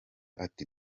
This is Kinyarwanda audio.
ati